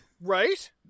right